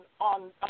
on